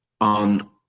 on